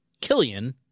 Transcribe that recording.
Killian